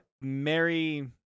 Mary